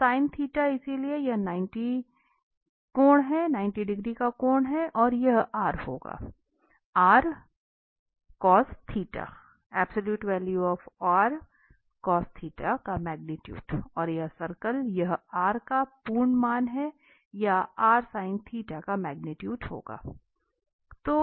और sin इसलिए यह 90 कोण है और यह होगा का मैग्नीट्यूट और वर्टिकल यह r का पूर्ण मान या का मैग्नीट्यूट होगा